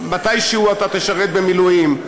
מתישהו אתה תשרת במילואים,